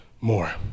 more